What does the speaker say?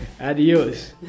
Adios